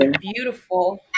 beautiful